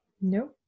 No